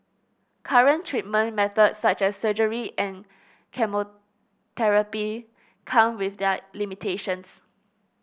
current treatment methods such as surgery and chemotherapy come with their limitations